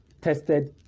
tested